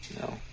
No